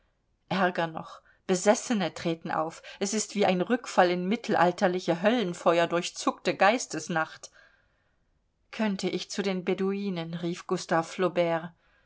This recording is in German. ärger noch besessene treten auf es ist wie ein rückfall in mittelalterliche höllenfeuer durchzuckte geistesnacht könnte ich zu den beduinen rief gustav